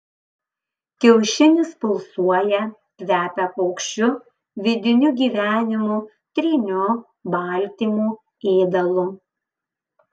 kiaušinis pulsuoja kvepia paukščiu vidiniu gyvenimu tryniu baltymu ėdalu